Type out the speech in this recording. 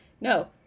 no